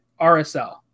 RSL